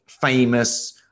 famous